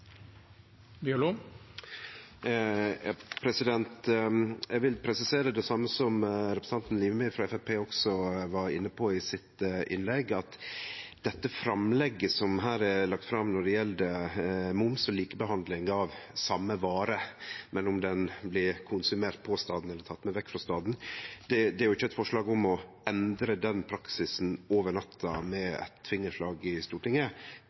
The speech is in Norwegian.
vil presisere det same som Framstegsparti-representanten Limi var inne på i sitt innlegg, at dette framlegget om moms og likebehandling av same vare, anten ho blir konsumert på staden eller teken med vekk frå staden, ikkje er eit forslag om å endre den praksisen over natta med eit fingerslag i Stortinget.